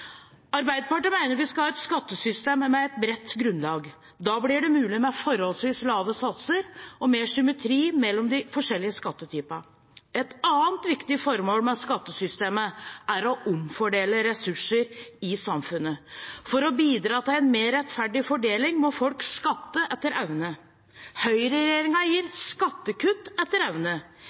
Arbeiderpartiet mener vi skal ha et skattesystem med et bredt grunnlag. Da blir det mulig med forholdsvis lave satser og mer symmetri mellom de forskjellige skattetypene. Et annet viktig formål med skattesystemet er å omfordele ressurser i samfunnet. For å bidra til en mer rettferdig fordeling må folk skatte etter evne. Høyreregjeringen gir skattekutt etter evne.